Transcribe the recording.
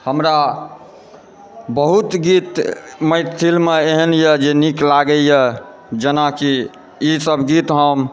हमरा बहुत्त गीत मैथिलीमे एहन यए जे नीक लागैए जेना कि ईसभ गीत हम